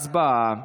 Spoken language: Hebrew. הצבעה.